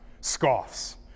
Scoffs